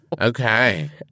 okay